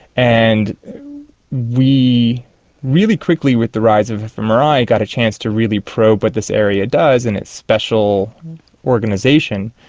and we really quickly with the rise of mri got a chance to really probe what this area does and its special organisation,